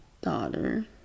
daughter